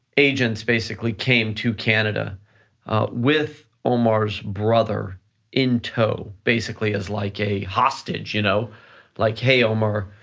agents basically came to canada with omar's brother in tow, basically is like a hostage, you know like, hey, omar,